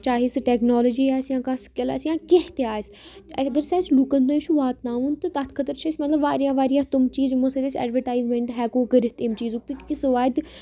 چاہے سُہ ٹیکنالجی آس یا کانٛہہ سِکِل آسہِ یا کینٛہ تہِ اگر سُہ اَسہِ لُکَن تانۍ چھُ واتناوُن تہٕ تَتھ خٲطرٕ چھِ أس مطلب واریاہ واریاہ تم چیٖز یِمَو سۭتۍ اَسہِ اٮ۪وَٹایزمٮ۪نٹ ہیکو کٔرِتھ تمۍ چیٖزُک تاکہِ سُہ واتہِ